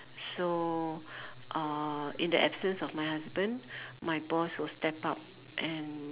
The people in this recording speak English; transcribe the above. so uh in the absence of my husband my boss will step up and